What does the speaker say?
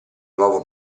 nuovo